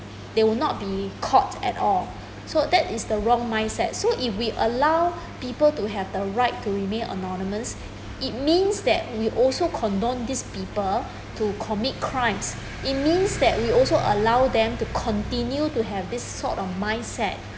they would not be caught at all so that is the wrong mindset so if we allow people to have to the right to remain anonymous it means that we also condone these people to commit crimes it means that we also allow them to continue to have this sort of mindset